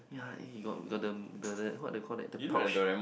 yeah he got got the the the what they call that the pouch